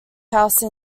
house